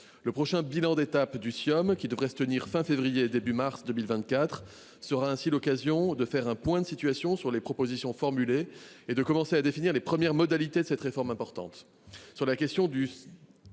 Le prochain bilan d’étape du Ciom, qui devrait se tenir à la fin du mois de février ou au début du mois de mars 2024, sera ainsi l’occasion de faire un point de situation sur les propositions formulées et de commencer à définir les premières modalités de cette réforme importante.